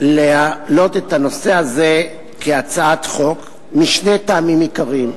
להעלות את הנושא הזה כהצעת חוק משני טעמים עיקריים,